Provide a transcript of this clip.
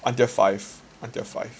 until five until five